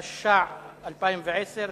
התש"ע 2010,